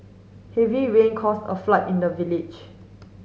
heavy rain caused a flood in the village